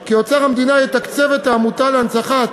כי אוצר המדינה יתקצב את העמותה להנצחת